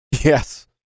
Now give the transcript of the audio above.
Yes